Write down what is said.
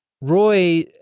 Roy